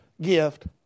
gift